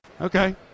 Okay